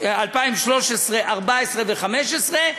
2014 ו-2015,